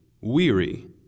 weary